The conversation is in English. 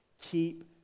Keep